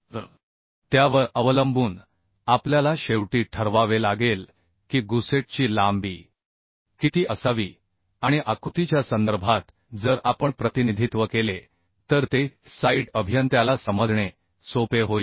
तर त्यावर अवलंबून आपल्याला शेवटी ठरवावे लागेल की गुसेटची लांबी किती असावी आणि आकृतीच्या संदर्भात जर आपण प्रतिनिधित्व केले तर ते साइट अभियंत्याला समजणे सोपे होईल